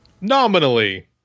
nominally